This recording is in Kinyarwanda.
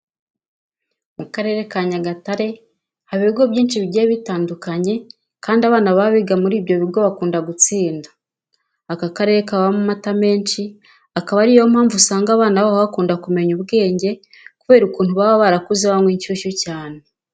Mu karere ka Nyagatare haba ibigo byinshi bigiye bitandukanye kandi abana baba biga muri ibyo bigo bakunda gutsinda. Aka karere kabamo amata menshi, akaba ari yo mpamvu usanga abana baho bakunda kumenya ubwenge kubera ukuntu baba barakuze banywa inshyushyu cyane.